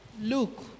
Luke